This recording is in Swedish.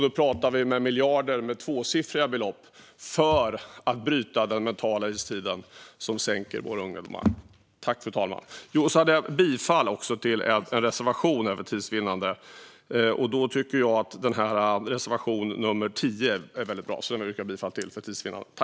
Då talar vi om miljarder med tvåsiffriga belopp för att bryta den mentala istiden som sänker våra ungdomar. Jag yrkar för tids vinnande bifall endast till reservation 10, som jag tycker är väldigt bra.